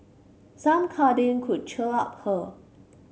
some cuddling could cheer her up